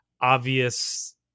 obvious